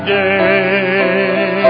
day